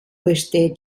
besteht